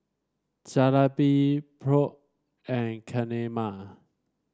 Jalebi Pho and Kheema